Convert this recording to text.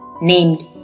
named